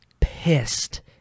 pissed